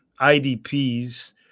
IDPs